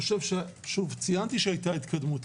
ציינתי שהיתה התקדמות.